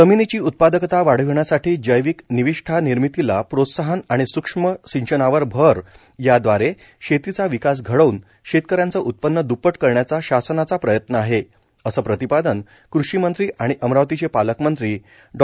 जमिनीची उत्पादकता वाढविण्यासाठी जैविक निविष्ठा निर्मितीला प्रोत्साहन आणि स्क्ष्म सिंचनावर भर यादवारे शेतीचा विकास घडवून शेतकऱ्यांचं उत्पन्न द्प्पट करण्याचा शासनाचा प्रयत्न आहे असं प्रतिपादन कृषी मंत्री आणि अमरावतीचं पालकमंत्री डॉ